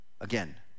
again